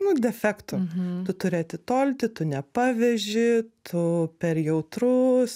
nu defektu tu turi atitolti tu nepaveži tu per jautrus